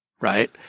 Right